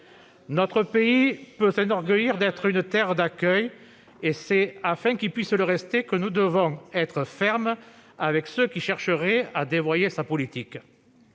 Notre pays peut s'enorgueillir d'être une terre d'accueil, et c'est afin qu'il puisse le demeurer que nous devons être fermes avec ceux qui chercheraient à dévoyer sa politique.